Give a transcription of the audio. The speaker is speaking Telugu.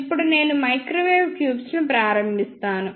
ఇప్పుడు నేను మైక్రోవేవ్ ట్యూబ్స్ ను ప్రారంభిస్తాను